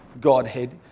Godhead